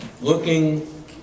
looking